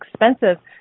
expensive